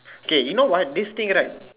K you know what this thing right